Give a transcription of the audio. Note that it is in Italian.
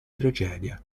tragedia